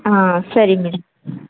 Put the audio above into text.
ಹಾಂ ಸರಿ ಬಿಡಿ